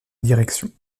direction